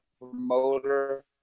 promoter